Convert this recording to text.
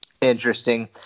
Interesting